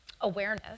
awareness